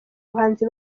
abahanzi